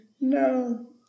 No